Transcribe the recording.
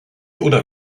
oder